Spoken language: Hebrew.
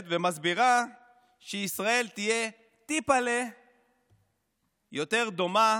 ומסבירה שישראל תהיה טיפה'לה יותר דומה